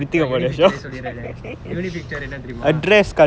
unique feature சொல்லிடுரேனா:sollidrenaa unique feature என்ன தெரியுமா:enna theriyuma